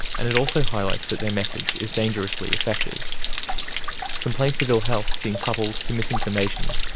and it also highlights that their message is dangerously effective complaints of ill-health seem coupled to misinformation,